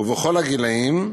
ובכל הגילאים,